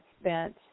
spent